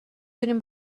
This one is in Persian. تونیم